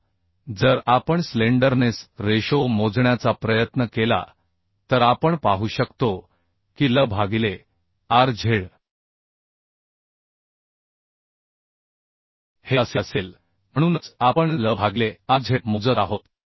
आता जर आपण स्लेंडरनेस रेशो मोजण्याचा प्रयत्न केला तर आपण पाहू शकतो की L भागिले Rz हे असे असेल म्हणूनच आपण L भागिले Rz मोजत आहोत